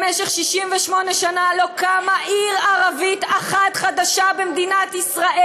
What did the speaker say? במשך 68 שנה לא קמה עיר ערבית חדשה אחת במדינת ישראל.